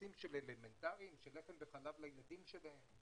בנושאים אלמנטריים של לחם וחלב לילדים שלהם.